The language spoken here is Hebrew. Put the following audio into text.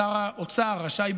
שר האוצר רשאי,